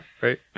Right